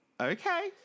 okay